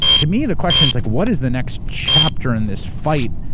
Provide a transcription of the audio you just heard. to me, the question is, like what is the next chapter in this fight,